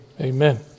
amen